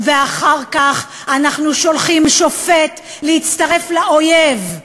ואחר כך אנחנו שולחים שופט להצטרף לאויב,